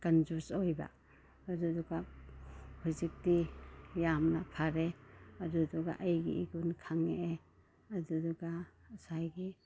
ꯀꯟꯖꯨꯁ ꯑꯣꯏꯕ ꯑꯗꯨꯗꯨꯒ ꯍꯧꯖꯤꯛꯇꯤ ꯌꯥꯝꯅ ꯐꯔꯦ ꯑꯗꯨꯗꯨꯒ ꯑꯩꯒꯤ ꯏꯒꯨꯟ ꯈꯪꯉꯛꯑꯦ ꯑꯗꯨꯗꯨꯒ ꯉꯁꯥꯏꯒꯤ